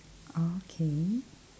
okay